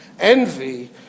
Envy